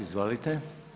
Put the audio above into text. Izvolite.